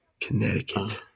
Connecticut